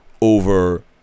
over